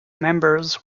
members